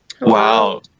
Wow